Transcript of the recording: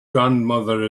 grandmother